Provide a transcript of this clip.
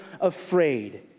afraid